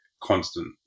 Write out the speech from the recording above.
constant